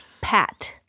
Pat